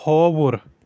کھووُر